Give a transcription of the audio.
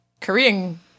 Korean